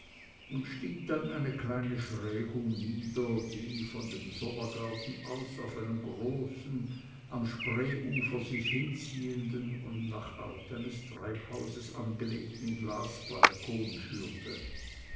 und stieg dann eine kleine schrägung nieder die von dem sommergarten aus auf einen großen am spreeufer sich hinziehenden und nach art eines treibhauses angelegten glasbalkon führte